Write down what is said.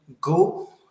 go